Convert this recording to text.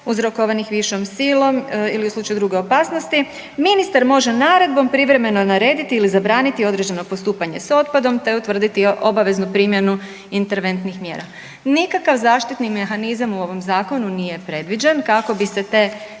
uzrokovanih višom silom ili u slučaju druge opasnosti ministar može naredbom privremeno narediti ili zabraniti određeno postupanje s otpadom te utvrditi obaveznu primjenu interventnih mjera. Nikakav zaštitni mehanizam u ovom Zakonu nije predviđen kako bi se te